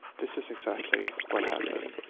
this is exactly what happened.